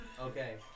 Okay